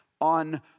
on